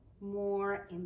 more